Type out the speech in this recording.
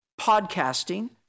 podcasting